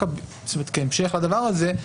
כהמשך לדבר הזה,